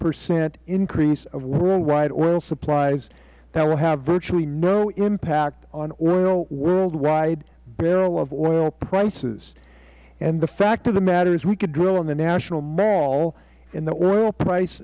percent increase of worldwide oil supplies that will have virtually no impact on oil worldwide barrel of oil prices and the fact of the matter is we could drill on the national mall and the oil price